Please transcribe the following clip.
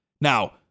Now